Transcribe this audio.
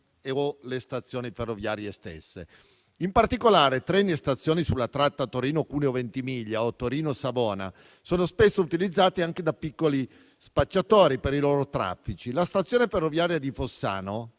o le stazioni ferroviarie. In particolare, treni e stazioni sulla tratta Torino-Cuneo-Ventimiglia o Torino-Savona sono spesso utilizzati anche da piccoli spacciatori per i loro traffici. La stazione ferroviaria di Fossano